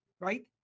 Right